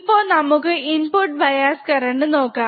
ഇപ്പോ നമുക്ക് input bias current നോക്കാം